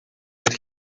get